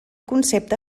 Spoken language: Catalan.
concepte